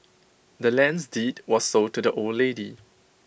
the land's deed was sold to the old lady